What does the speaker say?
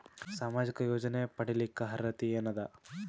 ಸಾಮಾಜಿಕ ಯೋಜನೆ ಪಡಿಲಿಕ್ಕ ಅರ್ಹತಿ ಎನದ?